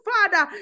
Father